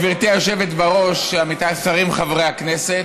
גברתי היושבת-ראש, עמיתיי השרים, חברי הכנסת,